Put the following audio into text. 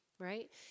Right